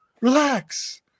Relax